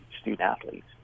student-athletes